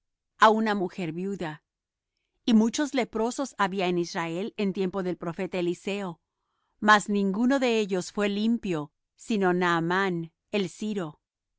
á una mujer viuda y muchos leprosos había en israel en tiempo del profeta eliseo mas ninguno de ellos fué limpio sino naamán el siro